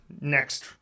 next